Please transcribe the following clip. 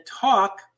talk